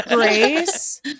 Grace